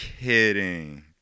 kidding